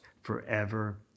forever